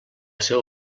seu